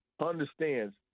understands